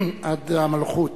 עד המלכות.